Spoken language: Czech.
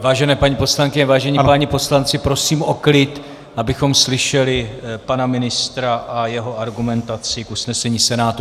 Vážené paní poslankyně, vážení páni poslanci, prosím o klid, abychom slyšeli pana ministra a jeho argumentaci k usnesení Senátu.